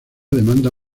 demanda